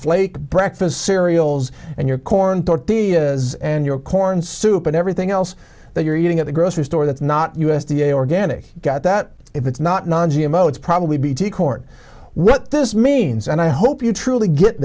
flake breakfast cereals and your corn tortillas and your corn soup and everything else that you're eating at the grocery store that's not u s d a organic got that if it's not it's probably bt corn what this means and i hope you truly get